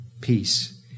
Peace